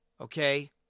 Okay